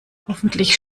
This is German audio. hoffentlich